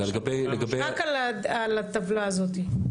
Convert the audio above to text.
רק על הטבלה הזאת.